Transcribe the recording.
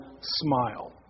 smile